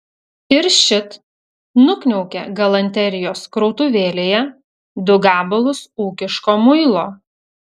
ir šit nukniaukė galanterijos krautuvėlėje du gabalus ūkiško muilo